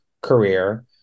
career